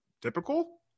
typical